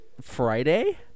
Friday